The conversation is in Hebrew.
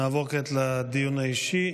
נעבור כעת לדיון האישי.